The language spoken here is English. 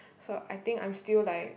so I think I'm still like